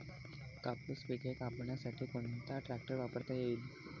कापूस पिके कापण्यासाठी कोणता ट्रॅक्टर वापरता येईल?